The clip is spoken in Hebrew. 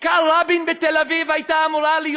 כיכר רבין בתל-אביב הייתה אמורה להיות